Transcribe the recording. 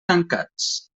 tancats